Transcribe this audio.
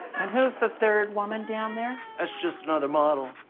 and who's the third woman down there? that's just another model.